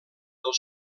del